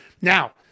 Now